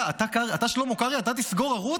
אתה, שלמה קרעי, אתה תסגור ערוץ?